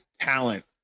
talent